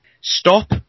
Stop